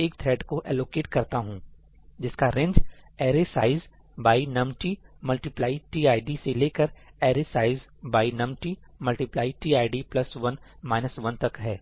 एक थ्रेड् को एलोकेट करता हूं जिसका range array size by numt multiply TID से लेकर array size by numt multiply TID plus one minus one तक है